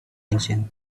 ancient